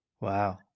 Wow